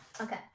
Okay